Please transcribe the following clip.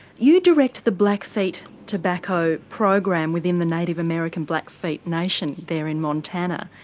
you direct the blackfeet tobacco program within the native american blackfeet nation there in montana.